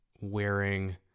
wearing